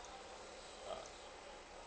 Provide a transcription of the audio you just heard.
ah